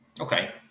Okay